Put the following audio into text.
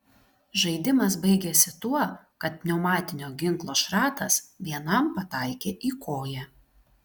žaidimas baigėsi tuo kad pneumatinio ginklo šratas vienam pataikė į koją